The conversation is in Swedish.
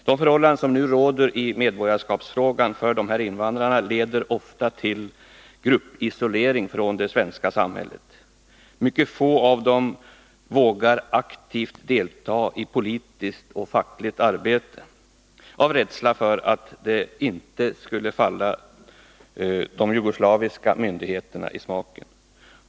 De förhållanden som nu råder i medborgarskapsfrågan för dessa invandrare leder ofta till gruppisolering från det svenska samhället. Mycket få av dem vågar aktivt delta i politiskt och fackligt arbete, av rädsla för att det inte skulle falla de jugoslaviska myndigheterna i smaken.